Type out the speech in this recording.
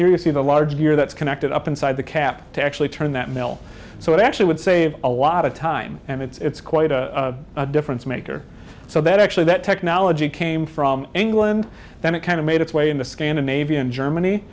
here you see the large here that's connected up inside the cap to actually turn that mill so it actually would save a lot of time and it's quite a difference maker so that actually that technology came from england then it kind of made its way into scandinavia and germany